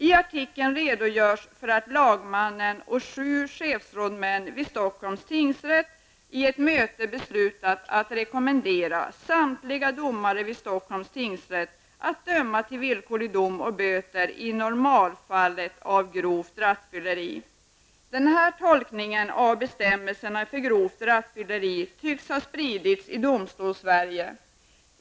I artikeln redogörs för att lagmannen och sju chefrådmän vid Stockholms tingsrätt i ett möte beslutat att rekommendera samtliga domare vid Stockholms tingsrätt att döma till villkorlig dom och böter i normalfallet av grovt rattfylleri. Den här tolkningen av bestämmelserna för grovt rattfylleri tycks ha spridits i Domstolssverige.